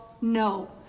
no